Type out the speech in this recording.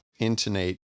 intonate